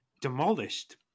demolished